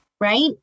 Right